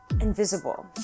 invisible